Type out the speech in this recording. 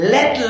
Let